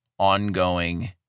ongoing